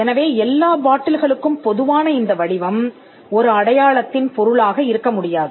எனவே எல்லா பாட்டில்களுக்கும் பொதுவான இந்த வடிவம் ஒரு அடையாளத்தின் பொருளாக இருக்க முடியாது